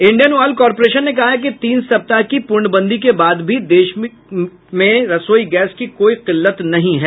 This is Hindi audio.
इंडियन ऑयल कॉरपोरेशन ने कहा है कि तीन सप्ताह की पूर्णबंदी के बाद भी देश में रसोई गैस की कोई किल्लत नहीं है